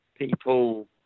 people